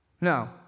No